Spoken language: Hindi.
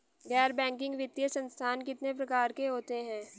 गैर बैंकिंग वित्तीय संस्थान कितने प्रकार के होते हैं?